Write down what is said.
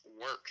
work